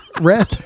Red